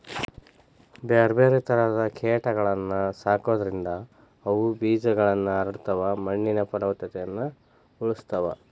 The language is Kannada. ಬ್ಯಾರ್ಬ್ಯಾರೇ ತರದ ಕೇಟಗಳನ್ನ ಸಾಕೋದ್ರಿಂದ ಅವು ಬೇಜಗಳನ್ನ ಹರಡತಾವ, ಮಣ್ಣಿನ ಪಲವತ್ತತೆನು ಉಳಸ್ತಾವ